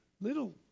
little